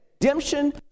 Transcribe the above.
redemption